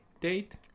date